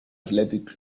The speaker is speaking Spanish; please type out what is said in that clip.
athletic